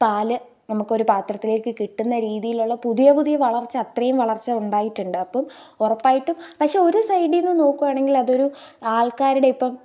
പാൽ നമുക്ക് ഒരു പാത്രത്തിലേക്ക് കിട്ടുന്ന രീതിയിലുള്ള പുതിയ പുതിയ വളര്ച്ച അത്രയും വളര്ച്ച ഉണ്ടായിട്ടുണ്ട് അപ്പം ഉറപ്പായിട്ടും പക്ഷേ ഒരു സൈഡിൽ നിന്ന് നോക്കുകയാണെങ്കില് അതൊരു ആള്ക്കാരുടെ ഇപ്പം